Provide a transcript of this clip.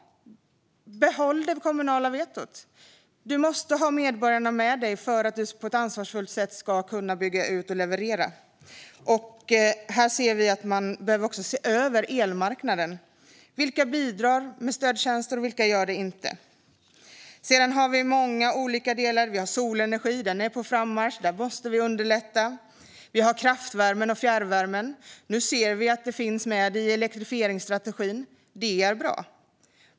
Behåll det kommunala vetot! Man måste ha medborgarna med sig för att på ett ansvarsfullt sätt kunna bygga ut och leverera. Här anser vi att man också behöver se över elmarknaden. Vilka bidrar med stödtjänster, och vilka gör det inte? Sedan har vi många andra olika delar. Vi har solenergi. Den är på frammarsch, och där måste vi underlätta. Vi har kraftvärme och fjärrvärme. Nu ser vi att detta finns med i elektrifieringsstrategin, och det är bra.